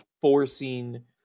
forcing